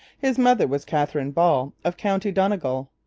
his mother was catherine ball of county donegal.